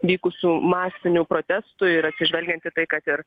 vykusių masinių protestų ir atsižvelgiant į tai kad ir